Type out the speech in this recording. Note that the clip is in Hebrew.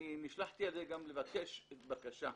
נשלחתי גם לבקש בקשה,